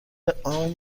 عام